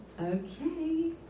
Okay